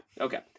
okay